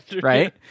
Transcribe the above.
right